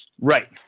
Right